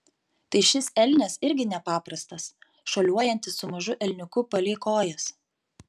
tai šis elnias irgi nepaprastas šuoliuojantis su mažu elniuku palei kojas